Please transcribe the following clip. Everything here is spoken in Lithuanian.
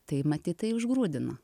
tai matyt tai užgrūdino